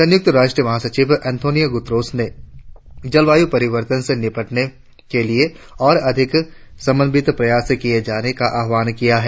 संयुक्त राष्ट्र महासचिव अंतोनियो गुतेरस ने जलवायु परिवर्तन से निपटने के लिए और अधिक समन्वित प्रयास किये जाने का आह्वान किया है